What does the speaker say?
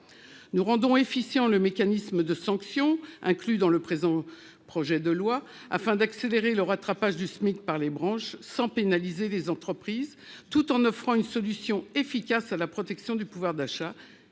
Nous rendons efficace le mécanisme de sanctions inclus dans le présent projet de loi, afin d'accélérer le rattrapage du SMIC par les branches sans pénaliser les entreprises, tout en offrant une solution efficace à la protection du pouvoir d'achat,